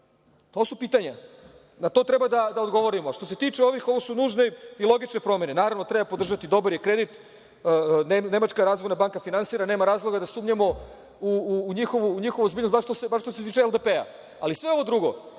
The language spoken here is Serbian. To su pitanja, na to treba da odgovorimo. Što se tiče ovih, ovo su nužne i logične promene. Naravno, treba podržati, dobar je krediti. Nemačka razvojna banka finansira, nema razloga da sumnjamo u njihovo ozbiljnost, bar što se tiče LDP-a, ali sve ovo drugo,